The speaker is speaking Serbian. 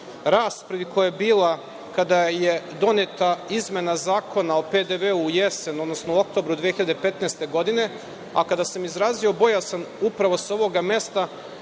raspravi koja je bila kada je doneta izmena Zakona o PDV, u jesen, odnosno oktobru 2015. godine, a kada sam izrazio bojazan upravo s ovoga mesta,